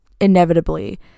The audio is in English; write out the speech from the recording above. inevitably